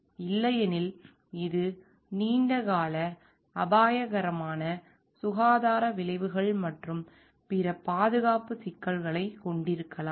இல்லையெனில் இது நீண்ட கால அபாயகரமான சுகாதார விளைவுகள் மற்றும் பிற பாதுகாப்பு சிக்கல்களைக் கொண்டிருக்கலாம்